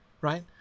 right